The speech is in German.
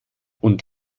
und